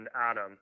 Adam